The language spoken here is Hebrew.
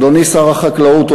אדוני שר החקלאות,